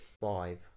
five